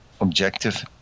objective